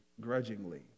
grudgingly